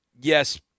yes